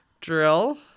drill